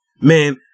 man